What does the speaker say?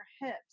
hips